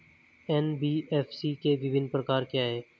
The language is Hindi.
एन.बी.एफ.सी के विभिन्न प्रकार क्या हैं?